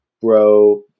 bro